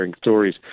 stories